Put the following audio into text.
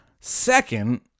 Second